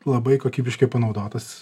labai kokybiškai panaudotas